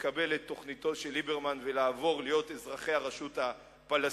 לקבל את תוכניתו של ליברמן ולעבור להיות אזרחי הרשות הפלסטינית,